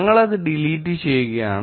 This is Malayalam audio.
ഞങ്ങൾ അത് ഡിലീറ്റ് ചെയ്യുകയാണ്